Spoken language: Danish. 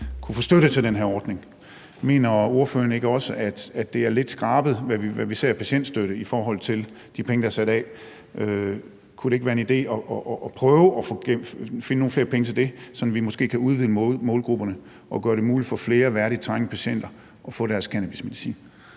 kunne få støtte til den her ordning. Mener ordføreren ikke også, at det er lidt skrabet, hvad vi ser af patientstøtte i forhold til de penge, der er sat af? Kunne det ikke være en idé at prøve at finde nogle flere penge til det, sådan at vi måske kan udvide målgrupperne og gøre det muligt for flere værdigt trængende patienter at få deres cannabismedicin?